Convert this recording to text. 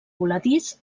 voladís